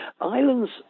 Islands